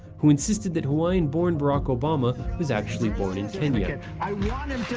who insisted that hawaiian-born barack obama was actually born in i want him to